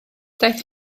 daeth